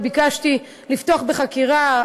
וביקשתי לפתוח בחקירה.